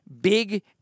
Big